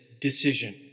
decision